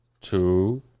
two